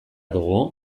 dugu